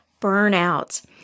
burnout